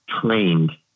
trained